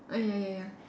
ah ya ya ya